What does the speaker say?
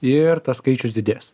ir tas skaičius didės